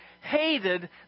hated